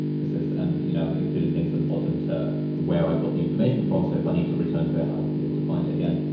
this is, and you, know included links at the bottom to where i got the information from so if i need to return to it, i'll be able to find it again.